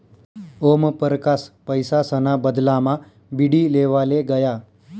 ओमपरकास पैसासना बदलामा बीडी लेवाले गया